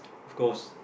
of course